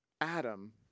Adam